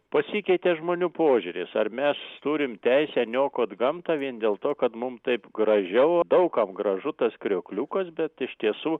pasikeitė žmonių požiūris ar mes turim teisę niokot gamtą vien dėl to kad mum taip gražiau daug kam gražu tas kriokliukas bet iš tiesų